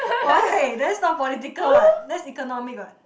why that's not political [what] that's economic [what]